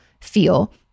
feel